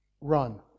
run